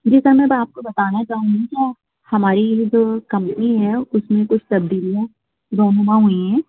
جی sir میں اب آپ کو بتانا چاہوں گی کہ ہماری یہ جو کمپنی ہے اُس میں کچھ تبدیلیاں رونما ہوئی ہیں